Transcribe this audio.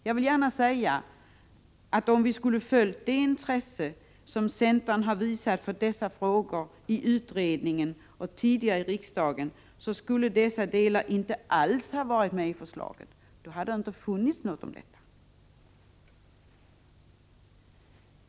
Jag vill gärna säga att om vi skulle ha följt det intresse som centern har visat för dessa frågor i utredningen och tidigare i riksdagen, skulle dessa delar inte alls ha varit med i förslaget. Då hade det inte funnits något om dem.